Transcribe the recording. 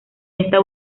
esta